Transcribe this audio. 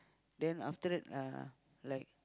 then after that uh like